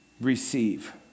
receive